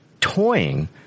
toying